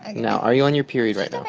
and no, are you on your period right i mean